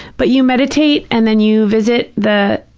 but you meditate and then you visit the,